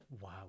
Wow